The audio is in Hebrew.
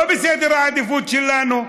לא בסדר העדיפויות שלנו,